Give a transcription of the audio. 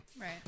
right